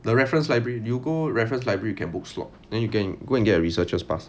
the reference library you go reference library you can book slot then you can go and get a researcher's pass